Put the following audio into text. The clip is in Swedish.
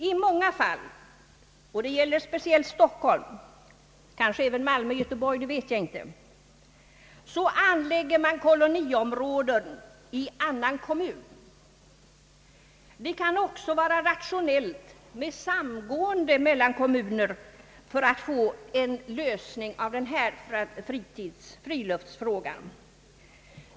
I många fall, och det gäller speciellt Stockholm — jag vet inte om det också gäller Malmö och Göteborg — anläggs koloniområden i annan kommun. Det kan också vara rationellt att ett samgående sker mellan kommuner för att lösa denna friluftsfråga.